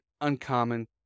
uncommon